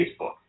Facebook